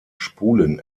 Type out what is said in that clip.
spulen